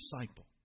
disciple